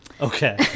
Okay